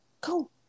Go